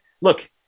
look